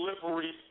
delivery